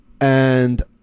And-